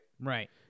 Right